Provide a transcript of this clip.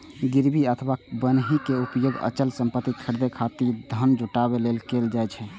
गिरवी अथवा बन्हकी के उपयोग अचल संपत्ति खरीदै खातिर धन जुटाबै लेल कैल जाइ छै